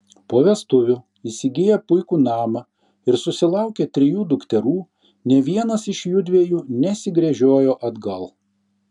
po vestuvių įsigiję puikų namą ir susilaukę trijų dukterų nė vienas iš jųdviejų nesigręžiojo atgal